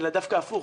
אלא דווקא הפוך.